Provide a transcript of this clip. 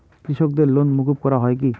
কৃষকদের লোন মুকুব করা হয় কি?